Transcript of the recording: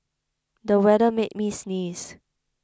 the weather made me sneeze